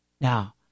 Now